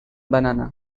banana